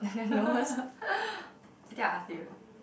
I think I'll ask you